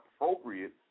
appropriate